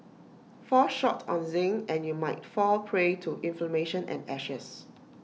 fall short on zinc and you'll might fall prey to inflammation and ashes